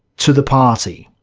to the party.